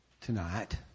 tonight